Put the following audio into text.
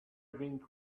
wing